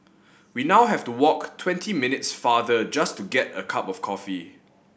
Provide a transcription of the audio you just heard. we now have to walk twenty minutes farther just to get a cup of coffee